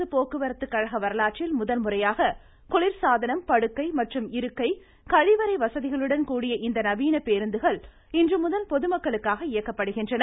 அரசு போக்குவரத்துக்கழக வரலாற்றில் முதல்முறையாக குளிர்சாதனம் படுக்கை மற்றும் இருக்கை கழிவறை வசதிகளுடன் கூடிய இந்த நவீன பேருந்துகள் இன்றுமுதல் பொதுமக்களுக்காக இயக்கப்படுகின்றன